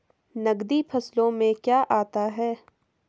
नकदी फसलों में क्या आता है?